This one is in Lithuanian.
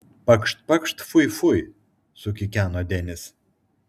pakšt pakšt fui fui sukikeno denis